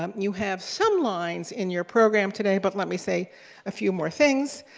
um you have some lines in your program today, but let me say a few more things.